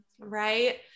right